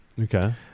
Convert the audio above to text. Okay